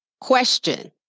Question